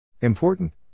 Important